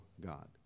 God